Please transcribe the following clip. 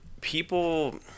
people